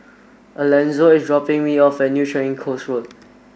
Alanzo is dropping me off at New Changi Coast Road